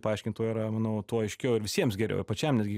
paaiškint tuo yra manau tuo aiškiau ir visiems geriau ir pačiam netgi